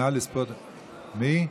נא לספור את, אני.